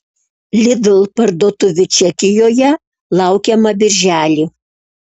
lidl parduotuvių čekijoje laukiama birželį